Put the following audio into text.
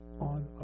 on